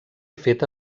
feta